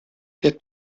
der